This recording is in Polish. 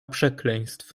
przekleństw